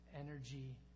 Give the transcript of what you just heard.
energy